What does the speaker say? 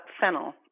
fennel